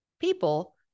people